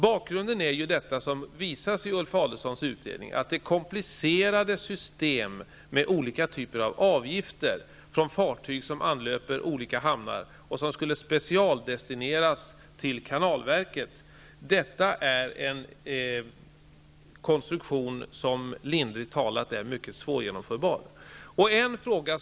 Bakgrunden, som redovisas i Ulf Adelsohns utredning, är att det komplicerade system med olika typer av avgifter från fartyg som anlöper olika hamnar och som skulle specialdestineras till kanalverket är en konstruktion som lindrigt talat är mycket svårgenomförbar.